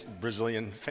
Brazilian